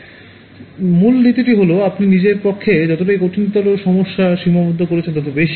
সুতরাং মূল নীতিটি হল আপনি নিজের পক্ষে যতই কঠিনতর সমস্যা সীমাবদ্ধ করছেন তত বেশি